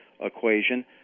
equation